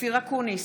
אופיר אקוניס,